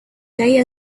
day